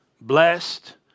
blessed